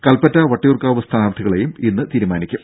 കൽപ്പറ്റ വട്ടിയൂർക്കാവ് സ്ഥാനാർത്ഥികളെയും ഇന്ന് തീരുമാനിക്കും